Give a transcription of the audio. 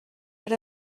per